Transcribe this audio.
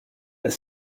that